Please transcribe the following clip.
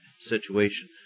situation